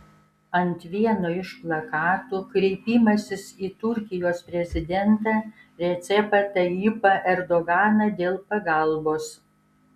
ant vieno iš plakatų kreipimasis į turkijos prezidentą recepą tayyipą erdoganą dėl pagalbos